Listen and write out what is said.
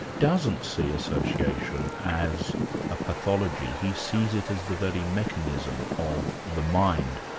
doesn't see association as a pathology, he sees it as the very mechanism of the mind.